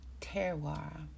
Terroir